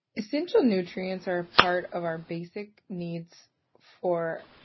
essential nutrients are part of our basic needs for